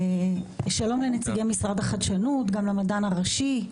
שלום לנציגי משרד החדשנות, גם למדען הראשי,